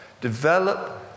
Develop